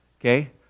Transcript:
Okay